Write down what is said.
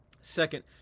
second